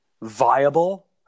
viable